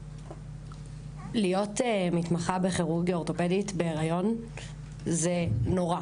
להיות מתמחה בכירורגיה אורתופדית בהריון זה נורא.